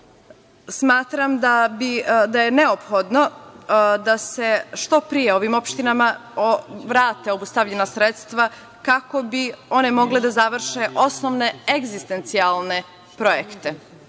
smatram da je neophodno da se što pre ovim opštinama vrate obustavljena sredstva kako bi one mogle da završe osnovne egzistencijalne